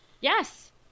yes